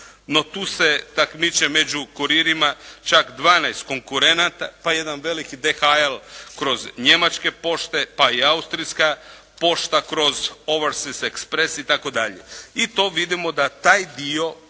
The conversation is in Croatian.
No, tu se takmiče među kuririma čak 12 konkurenata, pa jedan veliki DHL kroz njemačke pošte, pa i austrijska pošta kroz Oversis express itd. I to vidimo da taj dio